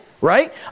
right